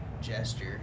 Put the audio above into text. gesture